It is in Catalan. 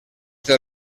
del